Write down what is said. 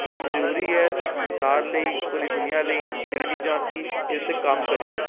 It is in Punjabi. ਬਹੁਤ ਜ਼ਰੂਰੀ ਹੈ ਸੰਸਾਰ ਲਈ ਪੂਰੀ ਦੁਨੀਆਂ ਲਈ ਜਿਹੜੀਆਂ ਚੀਜ਼ਾਂ ਅਸੀਂ ਇਹਦੇ ਉੱਤੇ ਕੰਮ ਕਰੀਏ